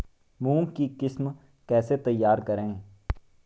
मूंग की किस्म कैसे तैयार करें?